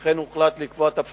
על כן הוחלט לקבוע תבחינים